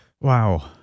Wow